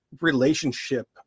relationship